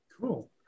Cool